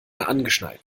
angeschnallt